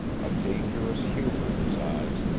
a dangerous humor in his eyes,